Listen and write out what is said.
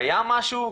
קיים משהו,